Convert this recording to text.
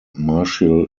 martial